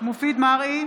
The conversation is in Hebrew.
מופיד מרעי,